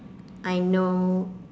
I know